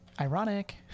ironic